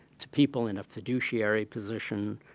to people in a fiduciary position,